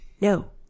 no